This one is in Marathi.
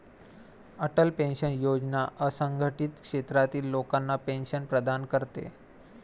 अटल पेन्शन योजना असंघटित क्षेत्रातील लोकांना पेन्शन प्रदान करते